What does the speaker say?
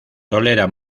tolera